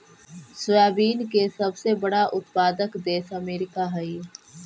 soybean के सबसे बड़ा उत्पादक देश अमेरिका हइ